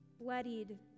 bloodied